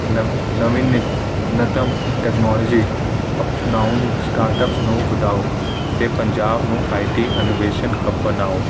ਨਵ ਨਵੀਂ ਨਤਮ ਟੈਕਨੋਲਜੀ ਅਪਣਾਉਣ ਸਟਾਰਟਅਪ ਨੂੰ ਵਧਾਓ ਅਤੇ ਪੰਜਾਬ ਨੂੰ ਆਈ ਟੀ ਅਨੋਵੇਸ਼ਨ ਹਬ ਬਣਾਓ